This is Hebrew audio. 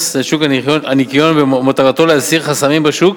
לשוק הניכיון ומטרתו להסיר חסמים בשוק